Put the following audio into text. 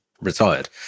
retired